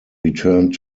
returned